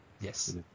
Yes